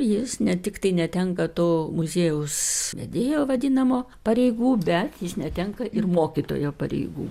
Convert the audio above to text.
jis ne tiktai netenka to muziejaus vedėjo vadinamo pareigų bet jis netenka ir mokytojo pareigų